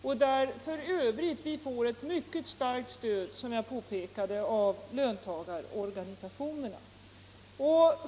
Vi får för övrigt i detta avseende ett mycket starkt stöd, som jag påpekade, av löntagarorganisationerna.